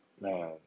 man